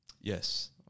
Yes